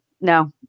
no